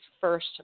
first